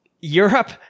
Europe